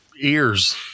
Ears